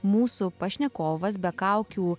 mūsų pašnekovas be kaukių